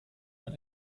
man